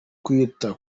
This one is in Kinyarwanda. kwiyita